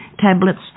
tablets